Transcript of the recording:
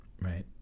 right